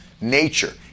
nature